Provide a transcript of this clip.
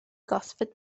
gosford